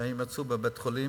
כשהם יצאו, בבית-החולים.